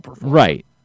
right